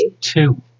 two